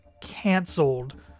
canceled